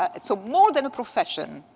it's so more than a profession.